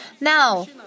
Now